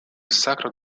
sacre